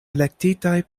elektitaj